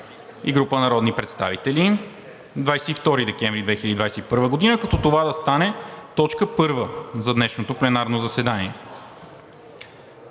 и група народни представители на 22 декември 2021 г., като това да стане точка първа за днешното пленарно заседание.